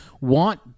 want